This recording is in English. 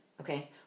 Okay